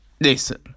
Listen